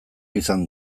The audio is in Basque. izan